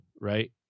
right